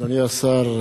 אדוני השר,